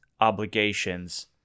obligations